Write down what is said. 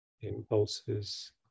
impulses